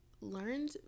learned